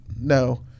No